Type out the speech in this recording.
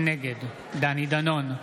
נגד דני דנון,